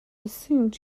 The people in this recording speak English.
assumed